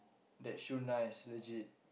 that shoes nice legit